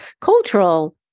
cultural